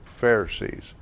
Pharisees